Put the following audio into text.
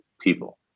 people